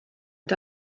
and